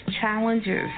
challenges